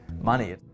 money